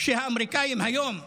שהאמריקאים היום אמרו,